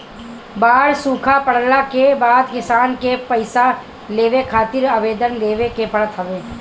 बाढ़ सुखा पड़ला के बाद किसान के पईसा लेवे खातिर आवेदन देवे के पड़त हवे